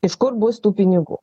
iš kur bus tų pinigų